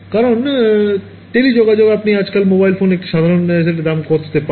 কারণ টেলিযোগাযোগ আপনি আজকাল মোবাইল ফোন একটি সাধারণ সেট কত দামে পান